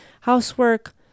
housework